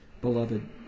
beloved